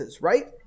right